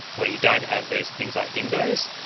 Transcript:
where you don't have these things like dingoes,